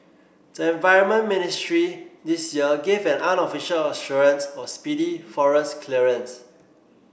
the environment ministry this year gave an unofficial assurance of speedy forest clearance